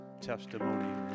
testimony